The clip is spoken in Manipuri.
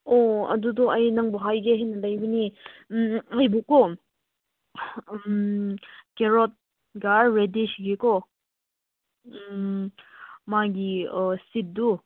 ꯑꯣ ꯑꯗꯨꯗꯣ ꯑꯩ ꯅꯪꯕꯨ ꯍꯥꯏꯒꯦ ꯍꯥꯏꯅ ꯂꯩꯕꯅꯤ ꯑꯩꯕꯨꯀꯣ ꯀꯦꯔꯣꯠꯀ ꯔꯦꯗꯤꯁꯀꯤꯀꯣ ꯃꯥꯒꯤ ꯁꯤꯗꯇꯨ